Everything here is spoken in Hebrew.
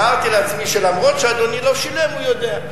תיארתי לעצמי שלמרות שאדוני לא שילם, הוא יודע.